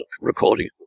recording